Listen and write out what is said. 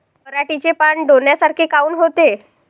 पराटीचे पानं डोन्यासारखे काऊन होते?